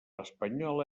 espanyola